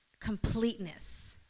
completeness